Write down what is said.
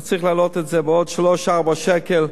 אז צריך להעלות את זה בעוד 4-3 שקלים,